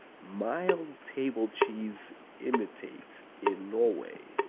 mild table cheese imitate in norway,